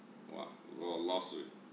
!wah! you got a lawsuit